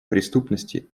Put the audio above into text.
преступности